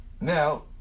Now